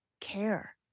care